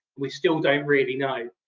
we still don't really know,